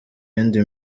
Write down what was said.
yindi